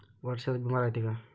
वर्षाचा बिमा रायते का?